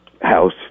House